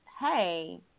hey